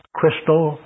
crystal